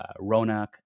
Ronak